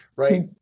right